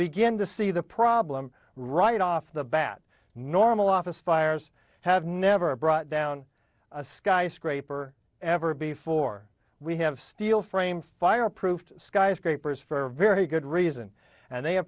begin to see the problem right off the bat normal office fires have never brought down a skyscraper ever before we have steel frame fireproof skyscrapers for very good reason and they have